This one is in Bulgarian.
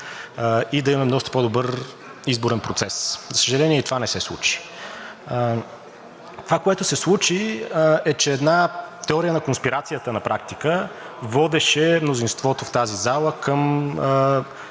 и да има доста по-добър изборен процес. За съжаление и това не се случи. Това, което се случи, е, че една теория на конспирацията на практика водеше мнозинството в тази зала към